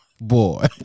Boy